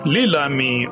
Lilami